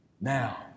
Now